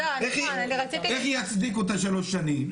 איך יצדיקו את השלוש שנים?